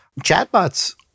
Chatbots